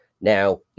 Now